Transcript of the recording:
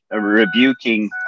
rebuking